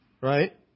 right